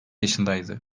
yaşındaydı